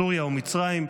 סוריה ומצרים,